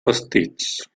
vestits